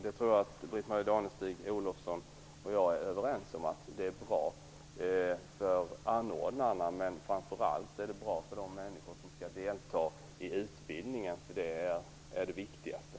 Det tror jag att Britt-Marie Danestig-Olofsson och jag är överens om är bra för anordnarna men framför allt för de människor som skall delta i utbildningen, eftersom det är det viktigaste.